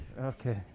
okay